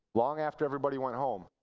long after everybody went home,